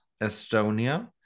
Estonia